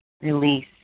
release